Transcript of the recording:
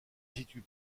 situe